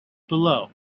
below